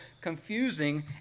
confusing